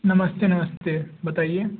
नमस्ते नमस्ते बताइए